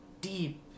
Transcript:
deep